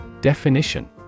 Definition